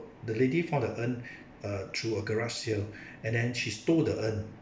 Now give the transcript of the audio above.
the lady found the urn uh through a garage sale and then she stole the urn